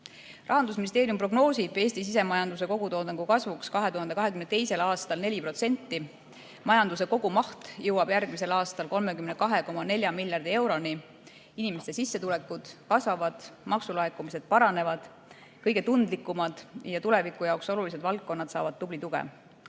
Rahandusministeerium prognoosib Eesti sisemajanduse kogutoodangu kasvuks 2022. aastal 4%. Majanduse kogumaht jõuab järgmisel aastal 32,4 miljardi euroni. Inimeste sissetulekud kasvavad, maksulaekumised paranevad, kõige tundlikumad ja tuleviku jaoks olulised valdkonnad saavad tublit tuge.